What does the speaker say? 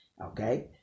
okay